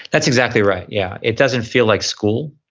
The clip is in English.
that's exactly right, yeah. it doesn't feel like school.